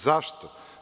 Zašto?